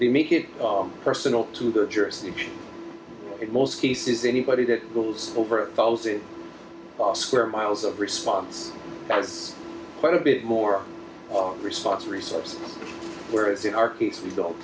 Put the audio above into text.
to make it personal to their jurisdiction in most cases anybody that goes over a thousand square miles of response that's quite a bit more response resource whereas in our case we built